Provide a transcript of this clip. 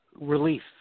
relief